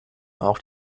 auch